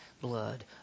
blood